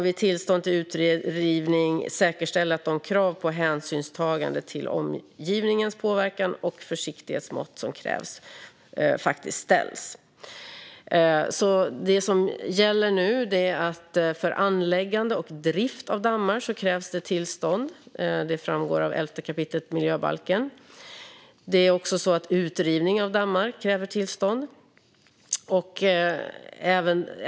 Vid tillstånd för utrivning ska man säkerställa att krav ställs på hänsynstagande till omgivningens påverkan samt att försiktighetsmått tas. Det som gäller nu är alltså att det för anläggande och drift av dammar krävs tillstånd. Det framgår av 11 kap. miljöbalken. Det är också så att utrivning av dammar kräver tillstånd.